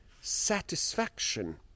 satisfaction